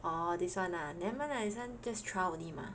orh this one ah never mind lah this one just trial only mah